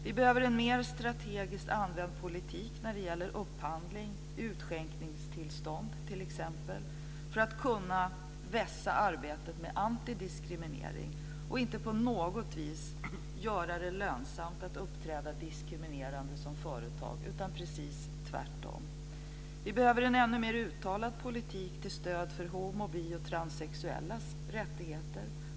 Vi behöver använda en mer strategisk politik när det gäller upphandling - t.ex. utskänkningstillstånd - för att kunna vässa arbetet med antidiskriminering och inte på något vis göra det lönsamt att uppträda diskriminerande som företag utan precis tvärtom. Vi behöver en ännu mer uttalad politik till stöd för homo-, bi och transsexuellas rättigheter.